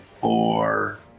four